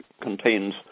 contains